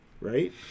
Right